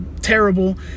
terrible